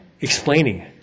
explaining